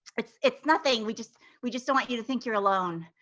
it's it's nothing, we just we just don't want you to think your alone.